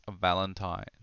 Valentine